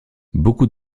beaucoup